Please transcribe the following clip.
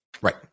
Right